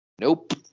Nope